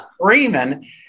screaming